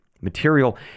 Material